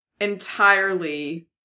entirely